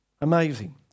Amazing